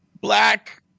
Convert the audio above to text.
black